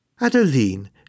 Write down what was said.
Adeline